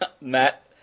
Matt